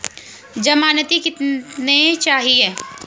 ज़मानती कितने चाहिये?